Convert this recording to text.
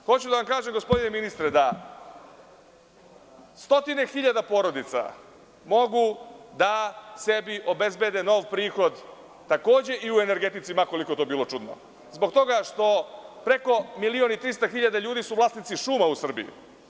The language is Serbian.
Hoću da vam kažem, gospodine ministre, da stotine hiljada porodica mogu da sebi obezbede nov prihod takođe i u energetici, ma koliko to bilo čudno, zbog toga što preko 1,3 miliona ljudi su vlasnici šuma u Srbiji.